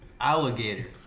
Alligator